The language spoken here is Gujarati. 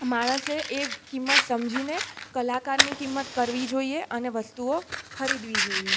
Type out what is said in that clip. માણસે એ કિંમત સમજીને કલાકારની કિંમત કરવી જોઈએ અને વસ્તુઓ ખરીદવી જોઈએ